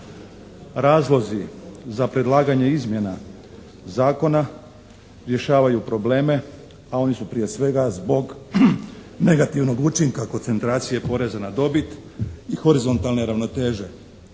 Razlozi za predlaganje izmjena zakona rješavaju probleme a oni su prije svega zbog negativnog učinka koncentracije poreza na dobit i horizontalne ravnoteže.